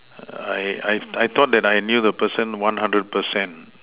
I I I thought that I had knew the person one hundred percent